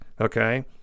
okay